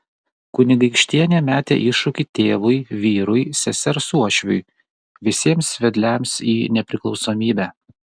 kunigaikštienė metė iššūkį tėvui vyrui sesers uošviui visiems vedliams į nepriklausomybę